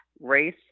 race